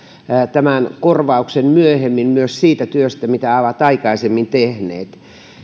tämän korvauksen myöhemmin myös siitä työstä mitä ovat aikaisemmin tehneet